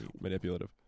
manipulative